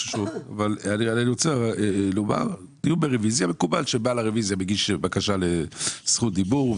בדיון ברביזיה מקובל שמבקש הרביזיה מגיש בקשה לזכות דיבור,